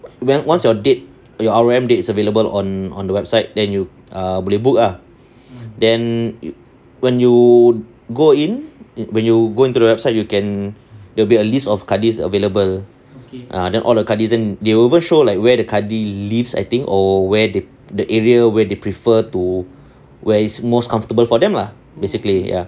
when once your date your R_O_M date is available on on the website then you err boleh book ah then when you go in when you go into the website you can there will be a list of kadi available then all the kadi then they also show like where the kadi lives I think or where they the area where they prefer to where is most comfortable for them lah basically ya